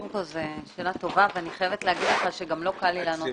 זו שאלה טובה ואני חייבת לומר לך שגם לא קל לי לענות